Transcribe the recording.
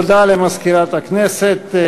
תודה למזכירת הכנסת.